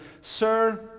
Sir